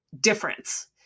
difference